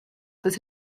that